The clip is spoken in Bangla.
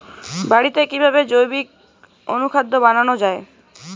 বাড়িতে কিভাবে জৈবিক অনুখাদ্য বানানো যায়?